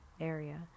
area